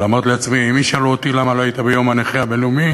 אבל אמרתי לעצמי: אם ישאלו אותי למה לא היית ביום הנכה הבין-לאומי,